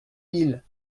mille